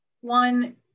One